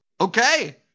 Okay